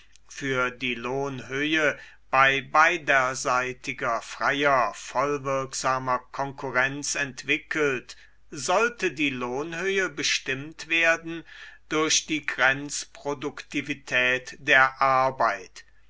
für die lohnhöhe bei beiderseitiger freier und vollwirksamer konkurrenz entwickelt sollte die lohnhöhe bestimmt werden durch die grenzproduktivität der arbeit